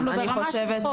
אנחנו ברמה של חוק.